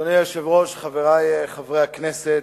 אדוני היושב-ראש, חברי חברי הכנסת,